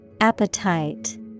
Appetite